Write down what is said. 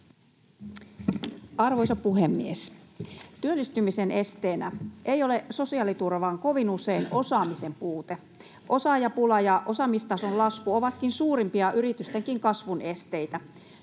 Arvoisa puhemies! Työllistymisen esteenä ei ole sosiaaliturva vaan kovin usein osaamisen puute. Osaajapula ja osaamistason lasku ovatkin suurimpia yritystenkin kasvun esteitä.